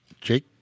Jake